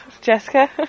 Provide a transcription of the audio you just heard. Jessica